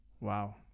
Wow